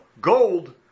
gold